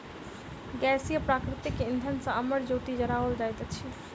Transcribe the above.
गैसीय प्राकृतिक इंधन सॅ अमर ज्योति जराओल जाइत अछि